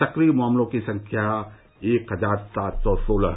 सक्रिय मामलों की संख्या एक हजार सात सौ सोलह